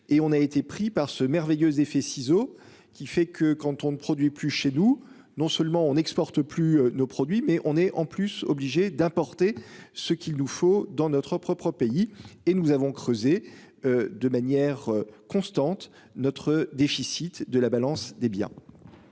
et on a été pris par ce merveilleuse effet ciseau qui fait que quand on produit plus chez nous, non seulement on exporte plus nos produits mais on est en plus obligés d'importer ce qu'il nous faut dans notre propre pays et nous avons creusé. De manière constante notre déficit de la balance des biens.